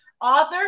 author